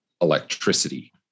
electricity